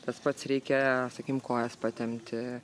tas pats reikia sakykim kojas patempti